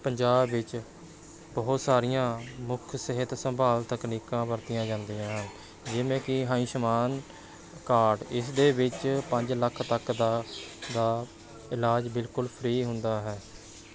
ਪੰਜਾਬ ਵਿੱਚ ਬਹੁਤ ਸਾਰੀਆਂ ਮੁੱਖ ਸਿਹਤ ਸੰਭਾਲ ਤਕਨੀਕਾਂ ਵਰਤੀਆਂ ਜਾਂਦੀਆਂ ਹਨ ਜਿਵੇਂ ਕਿ ਆਯੁਸ਼ਮਾਨ ਕਾਰਡ ਇਸਦੇ ਵਿੱਚ ਪੰਜ ਲੱਖ ਤੱਕ ਦਾ ਦਾ ਇਲਾਜ ਬਿਲਕੁਲ ਫਰੀ ਹੁੰਦਾ ਹੈ